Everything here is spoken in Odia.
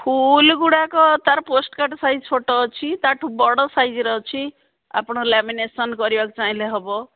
ଫୁଲ୍ ଗୁଡ଼ାକ ତାର ପୋଷ୍ଟକାର୍ଡ଼ ସାଇଜ୍ ଛୋଟ ଅଛି ତା'ଠୁ ବଡ଼ ସାଇଜ୍ର ଅଛି ଆପଣ ଲ୍ୟାମିନେସନ୍ କରିବାକୁ ଚାହିଁଲେ ହବ